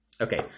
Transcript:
Okay